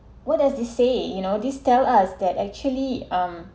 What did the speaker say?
what does this say you know this tell us that actually um